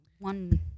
one